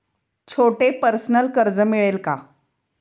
छोटे पर्सनल कर्ज मिळेल का?